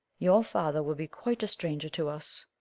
your father will be quite a stranger to us.